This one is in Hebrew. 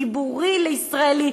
"ציבורי" ל"ישראלי"?